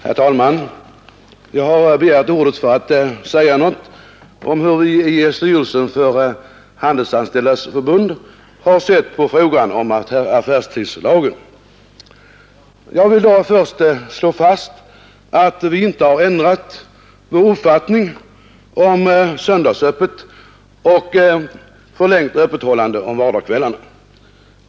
Nr 148 Herr talman! Jag har begärt ordet för att säga något om hur vi i Onsdagen den styrelsen för Handelsanställdas förbund sett på frågan om affärstidslagen. 15 december 19371 Jag vill då först slå fast att vi inte har ändrat vår uppfattning om söndagsöppet och förlängt öppethållande om vardagskvällarna.